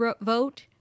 vote